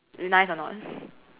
nice or not